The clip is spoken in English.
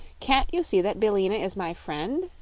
can't you see that billina is my friend?